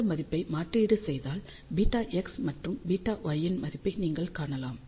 இந்த மதிப்பை மாற்றீடு செய்தால் βx மற்றும் βy இன் மதிப்பை நீங்கள் காணலாம்